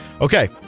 Okay